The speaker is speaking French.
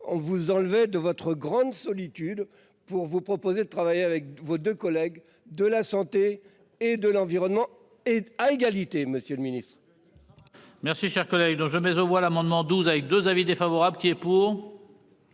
on vous enlevez de votre grande solitude pour vous proposer de travailler avec vos de collègues de la santé et de l'environnement et à égalité. Monsieur le Ministre. Merci chers collègues dont je mets aux voix l'amendement 12 avec 2 avis défavorable qui. Pour.